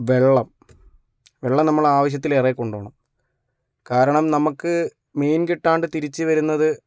വെള്ളം വെള്ളം നമ്മൾ ആവശ്യത്തിലേറെ കൊണ്ടു പോകണം കാരണം നമുക്ക് മീൻ കിട്ടാതെ തിരിച്ചുവരുന്നത്